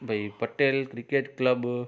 भई Patel cricket club